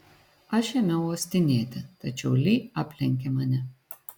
aš ėmiau uostinėti tačiau li aplenkė mane